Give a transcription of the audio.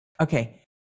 Okay